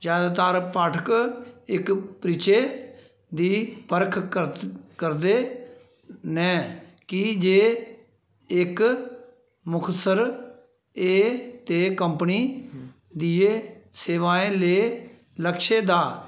ज्यादातर पाठक इक परिचे दी परख करदे न की जे इक मुखसर ऐ ते कंपनी दियें सेवाएं ले लक्ष्यें दा